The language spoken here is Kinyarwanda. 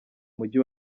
mujyi